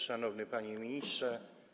Szanowny Panie Ministrze!